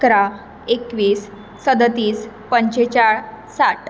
अकरा एकवीस सदतीस पंचेचेळीस साठ